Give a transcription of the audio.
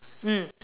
mm